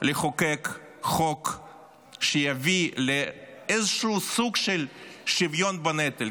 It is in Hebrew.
לחוקק חוק שיביא לאיזשהו סוג של שוויון בנטל.